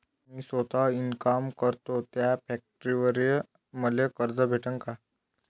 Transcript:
मी सौता इनकाम करतो थ्या फॅक्टरीवर मले कर्ज भेटन का?